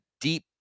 deep